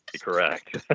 correct